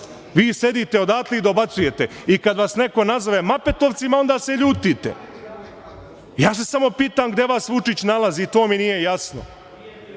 sedite i odatle dobacujete i kada vas neko nazove Mapetovcima, onda se ljutite. Ja se samo pitam gde vas Vučić nalazi? To mi nije jasno. Meni